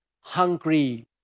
hungry